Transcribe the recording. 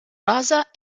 rosa